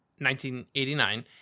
1989